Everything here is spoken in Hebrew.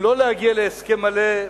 אם לא להגיע להסכם מלא,